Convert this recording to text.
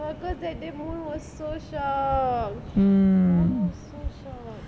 cause that day moon was so shocked moon was so shocked